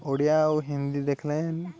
ଓଡ଼ିଆ ଓ ହିନ୍ଦୀ ଦେଖିଲେ